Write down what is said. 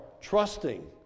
trusting